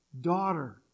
Daughter